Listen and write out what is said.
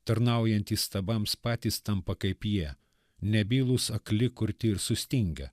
tarnaujantys stabams patys tampa kaip jie nebylūs akli kurti ir sustingę